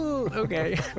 Okay